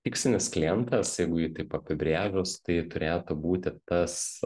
tikslinis klientas jeigu jį taip apibrėžus tai turėtų būti tas